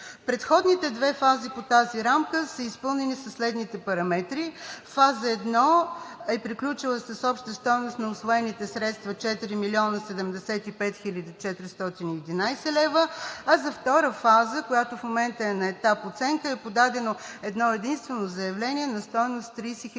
Предходните две фази по тази рамка са изпълнени със следните параметри: фаза 1 е приключила с обща стойност на усвоените средства – 4 млн. 75 хил. 411 лв., а за втора фаза, която в момента е на етап оценка, е подадено едно-единствено заявление на стойност 30 хил.